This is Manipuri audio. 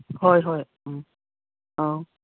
ꯍꯣꯏ ꯍꯣꯏ ꯎꯝ ꯑꯧ